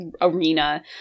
arena